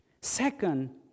Second